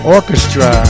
Orchestra